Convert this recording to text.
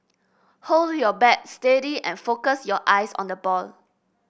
hold your bat steady and focus your eyes on the ball